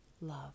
love